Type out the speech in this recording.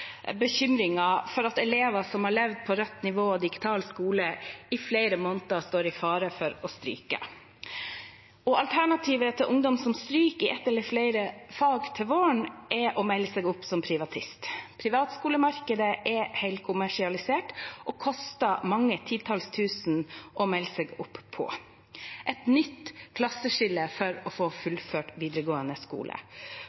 for at elever som har levd på rødt nivå og med digital skole i flere måneder, står i fare for å stryke. Alternativet for ungdom som stryker i ett eller flere fag til våren, er å melde seg opp som privatist. Privatskolemarkedet er helkommersialisert, og det koster mange titalls tusen å melde seg opp – et nytt klasseskille for å få